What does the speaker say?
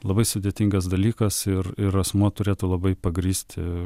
labai sudėtingas dalykas ir ir asmuo turėtų labai pagrįsti